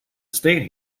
estate